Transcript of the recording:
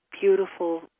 beautiful